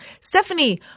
Stephanie